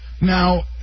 now